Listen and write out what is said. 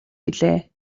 билээ